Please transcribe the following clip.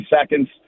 seconds –